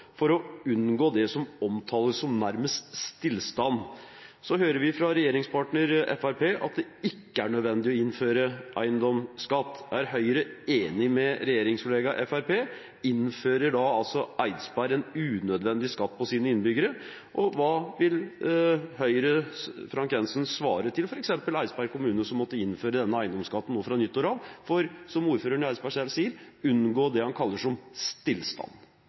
for å unngå det som omtales som nærmest stillstand. Vi hører fra regjeringspartner Fremskrittspartiet at det ikke er nødvendig å innføre eiendomsskatt. Er Høyre enig med regjeringskollega Fremskrittspartiet – innfører Eidsberg en unødvendig skatt for sine innbyggere? Hva vil Høyres Frank J. Jenssen svare til f.eks. Eidsberg kommune, som måtte innføre denne eiendomsskatten nå fra nyttår for å unngå det som ordføreren i Eidsberg kaller